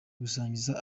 gusangiza